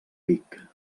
vic